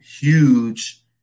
huge